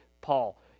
Paul